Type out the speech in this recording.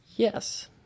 yes